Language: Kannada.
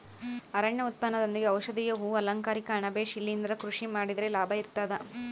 ಅರಣ್ಯ ಉತ್ಪನ್ನದೊಂದಿಗೆ ಔಷಧೀಯ ಹೂ ಅಲಂಕಾರಿಕ ಅಣಬೆ ಶಿಲಿಂದ್ರ ಕೃಷಿ ಮಾಡಿದ್ರೆ ಲಾಭ ಇರ್ತದ